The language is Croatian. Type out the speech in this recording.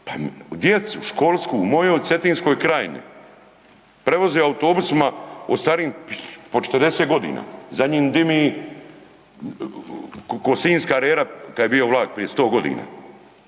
Pa djecu školsku u mojoj Cetinskoj krajini, prevozi autobusima starijim po 40 godina. Za njim dimi k'o sinjska rera kad je bio vlak prije 100 godina.